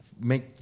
make